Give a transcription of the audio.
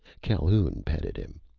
calhoun petted him.